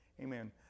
amen